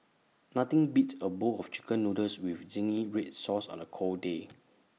nothing beats A bowl of Chicken Noodles with Zingy Red Sauce on A cold day